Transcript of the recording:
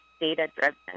data-driven